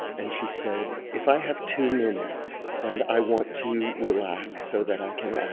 and she said if i have two minutes and i want to relax so that i can act.